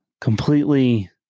completely